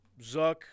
Zuck